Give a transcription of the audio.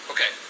Okay